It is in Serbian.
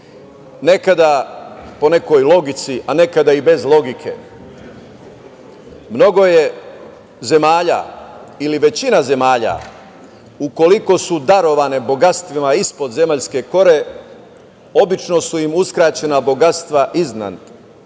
nekada po nekoj logici, a nekada i bez logike. Mnogo zemalja ili većina zemalja, ukoliko su darovane bogatstvima ispod zemaljske kore, obično su im uskraćena bogatstva iznad